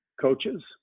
coaches